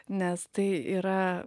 nes tai yra